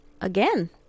again